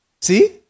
See